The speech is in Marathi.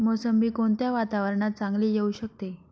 मोसंबी कोणत्या वातावरणात चांगली येऊ शकते?